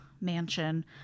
mansion